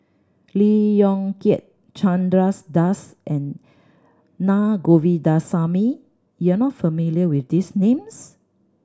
Lee Yong Kiat Chandra Das and Na Govindasamy you are not familiar with these names